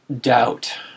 doubt